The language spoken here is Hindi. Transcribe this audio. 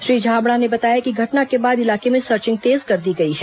श्री छाबड़ा ने बताया कि घटना के बाद इलाके में सर्चिंग तेज कर दी गई है